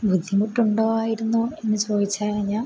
ബുദ്ധിമുട്ടുണ്ടോ ആയിരുന്നോ എന്ന് ചോദിച്ചുകഴിഞ്ഞാൽ